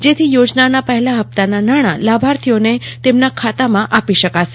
જેથી યોજનાના પહેલા હપ્તાના નાણાં લાભાર્થીઓને તેમના ખાતામાં આપી શકાશે